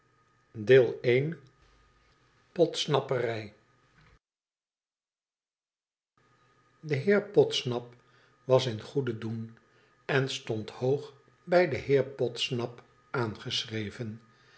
de heer podsnap was in goeden doen en stond hoog bij den heer podsnap aangeschreven